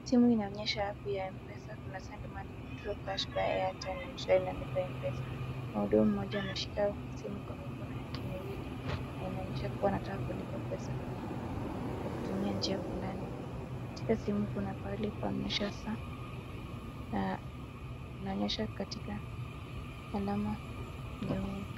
Simu inaonyesha app ya MPESA kuna send money, withdraw cash, buy airtime, M-Shwari na lipa na MPESA.Mhudumu ameshika simu kwa mikono yake miwili anaonyesha anataka kulipa pesa kwa kutumia njia fulani, katika simu kuna mahali kunaonyesha saa na inaonyesha katika alama nyeupe.